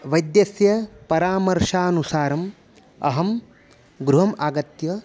वैद्यस्य परामर्शानुसारम् अहं गृहम् आगत्य